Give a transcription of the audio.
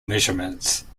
measurements